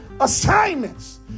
assignments